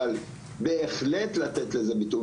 אבל בהחלט לתת לזה ביטוי.